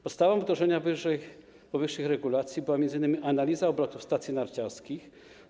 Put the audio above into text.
Podstawą wdrożenia powyższych regulacji była m.in. analiza obrotów stacji narciarskich.